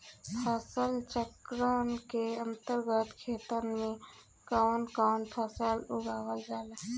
फसल चक्रण के अंतर्गत खेतन में कवन कवन फसल उगावल जाला?